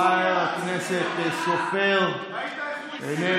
לסוריה, חבר הכנסת סופר, איננו.